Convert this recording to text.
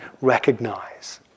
recognize